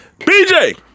BJ